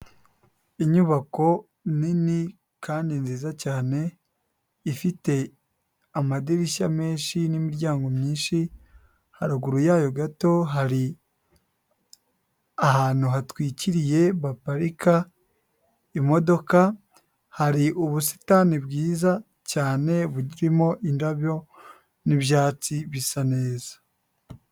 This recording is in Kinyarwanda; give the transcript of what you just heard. Inyubako nini kandi nziza cyane ifite amadirishya menshi n'imiryango myinshi, haruguru yayo gato hari ahantu hatwikiriye baparika imodoka, hari ubusitani bwiza cyane burimo indabyo n'ibyatsi bisa neza.